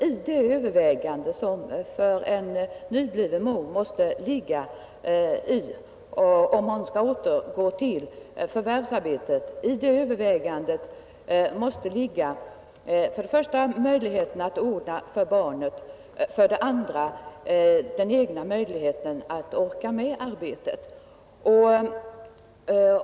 I en nybliven mors övervägande av om hon skall återgå till förvärvsarbete måste ligga för det första möjligheten att ordna för barnet och för det andra möjligheten att själv orka med arbetet.